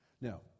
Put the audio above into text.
Now